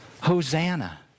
Hosanna